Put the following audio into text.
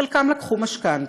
חלקם לקחו משכנתה,